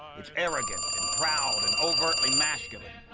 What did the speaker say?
it's arrogant and proud and overtly masculine.